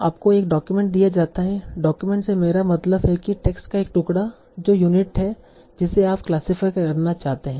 आपको एक डॉक्यूमेंट दिया जाता है डॉक्यूमेंट से मेरा मतलब है कि टेक्स्ट का एक टुकड़ा जो यूनिट है जिसे आप क्लासिफाय करना चाहते हैं